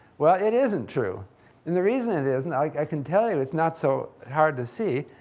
well, it isn't true and the reason it isn't, i can tell you, it's not so hard to see,